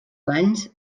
valls